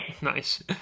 Nice